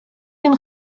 den